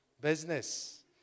business